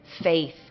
faith